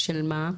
של מה?